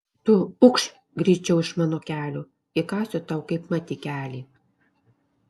tu ukš greičiau iš mano kelio įkąsiu tau kaipmat į kelį